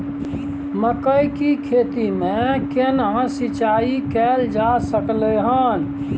मकई की खेती में केना सिंचाई कैल जा सकलय हन?